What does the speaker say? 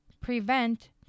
prevent